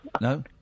No